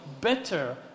better